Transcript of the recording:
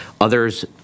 Others